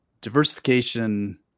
diversification